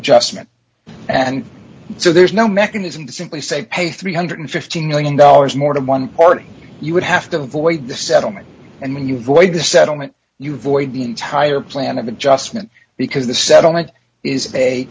adjustment and so there's no mechanism to simply say pay three hundred and fifty million dollars more to one party you would have to void the settlement and when you void the settlement you void the entire plan of adjustment because the settlement is a